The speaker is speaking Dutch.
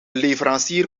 leverancier